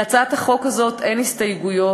להצעת החוק הזאת אין הסתייגויות,